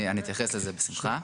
אני אתייחס לזה בשמחה.